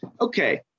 Okay